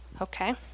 Okay